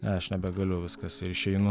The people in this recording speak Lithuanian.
ne aš nebegaliu viskas ir išeinu